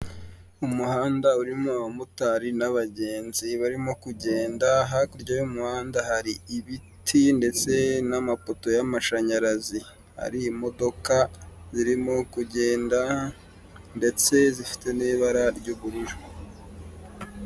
Umuhanda urimo abamotari n'abagenzi barimo kugenda, hakurya y'umuhanda hari ibiti ndetse n'amapoto y'amashanyarazi hari imodoka zirimo kugenda ndetse zifite n'ibara ry'ubururu.